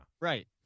Right